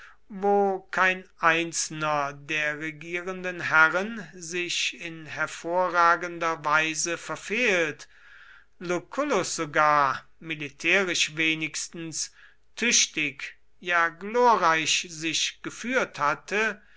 wo kein einzelner der regierenden herren sich in hervorragender weise verfehlt lucullus sogar militärisch wenigstens tüchtig ja glorreich sich geführt hatte